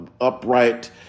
upright